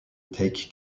take